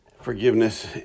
forgiveness